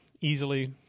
easily